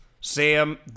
Sam